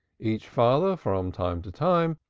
each father from time to time,